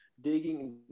digging